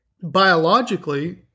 biologically